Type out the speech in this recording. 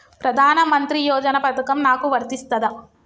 ప్రధానమంత్రి యోజన పథకం నాకు వర్తిస్తదా?